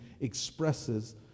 expresses